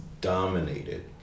dominated